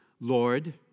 Lord